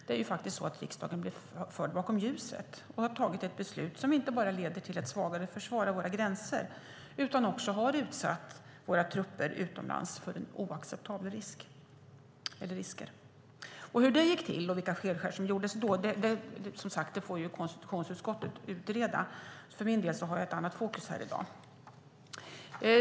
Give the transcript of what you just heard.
Det är ju faktiskt så att riksdagen blev förd bakom ljuset och har tagit ett beslut som inte bara leder till ett svagare försvar av våra gränser utan också har utsatt våra trupper utomlands för oacceptabla risker. Hur det gick till och vilka felskär som gjordes då får konstitutionsutskottet utreda. För min del har jag ett annat fokus här i dag.